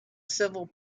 civil